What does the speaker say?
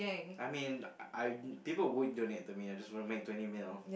I mean I people would donate to me I just wanna make twenty mil